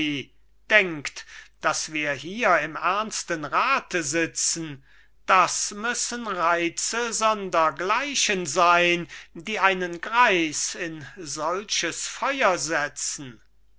denkt daß wir hier im ernsten rate sitzen das müssen reize sondergleichen sein die einen greis in solches feuer setzen